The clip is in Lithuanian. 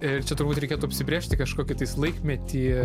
ir čia turbūt reikėtų apsibrėžti kažkokį tai laikmetį